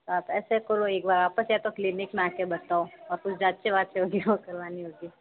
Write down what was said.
आप ऐसे करो एक बार या तो क्लिनिक में आके बताओ आपकी जाँचे वाँचे होंगी वो करवानी होंगी